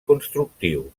constructiu